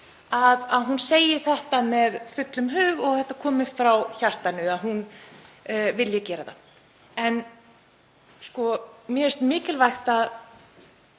að hún segi þetta af heilum hug og það komi frá hjartanu að hún vilji gera það. En mér finnst mikilvægt að